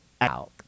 Out